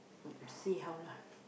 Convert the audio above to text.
see how lah